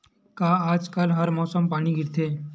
का आज कल हर मौसम पानी गिरथे?